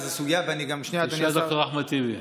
תשאל את ד"ר אחמד טיבי.